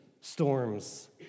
storms